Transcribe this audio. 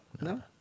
no